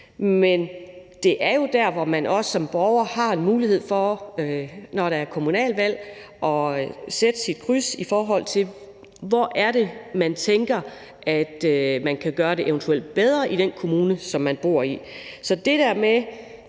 men man har jo også som borger mulighed for, når der er kommunalvalg, at sætte sit kryds, i forhold til hvor det er, man tænker, at de eventuelt kan gøre det bedre i den kommune, som man bor i. Så det der med,